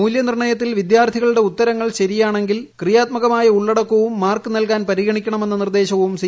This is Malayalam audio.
മൂല്യനിർണയത്തിൽ വിദ്യാർഥികളുടെ ശരിയായ ഉത്തരങ്ങളാണെങ്കിൽ ക്രിയാത്മകമായ ഉള്ളടക്കം കൂടി മാർക്ക് നൽകാൻ പരിഗണിക്കണമെന്ന നിർദേശവും സി